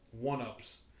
one-ups